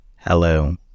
Hello